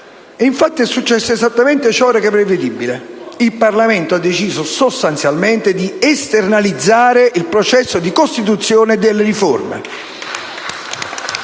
Infatti è successo esattamente ciò che era prevedibile: il Parlamento ha deciso, sostanzialmente, di esternalizzare il processo di costruzione delle riforme.